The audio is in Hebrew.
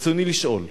רצוני לשאול: